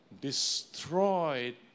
destroyed